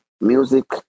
Music